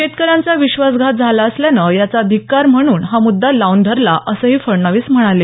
शेतकऱ्यांचा विश्वास घात झाला असल्यानं याचा धिक्कार म्हणून हा मुद्दा लावून धरला असंही फडणवीस म्हणाले